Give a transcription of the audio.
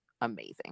amazing